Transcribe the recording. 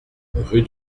rue